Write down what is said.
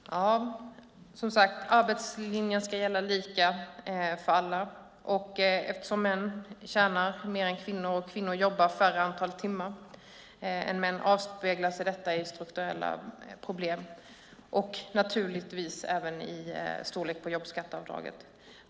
Herr talman! Som sagt: Arbetslinjen ska gälla lika för alla. Eftersom män tjänar mer än kvinnor och kvinnor jobbar färre antal timmar än män avspeglar det sig i strukturella problem och naturligtvis även i storleken på jobbskatteavdraget.